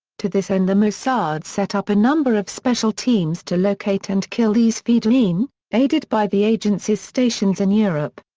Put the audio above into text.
to this end the mossad set up a number of special teams to locate and kill these fedayeen, aided by the agency's stations in europe.